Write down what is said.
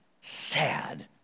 sad